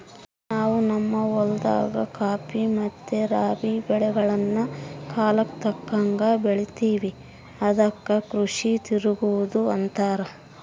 ನಾವು ನಮ್ಮ ಹೊಲದಾಗ ಖಾಫಿ ಮತ್ತೆ ರಾಬಿ ಬೆಳೆಗಳ್ನ ಕಾಲಕ್ಕತಕ್ಕಂಗ ಬೆಳಿತಿವಿ ಅದಕ್ಕ ಕೃಷಿ ತಿರಗದು ಅಂತಾರ